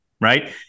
Right